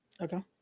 Okay